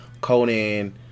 Conan